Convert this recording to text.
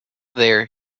there